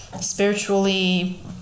spiritually